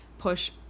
push